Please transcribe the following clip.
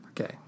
Okay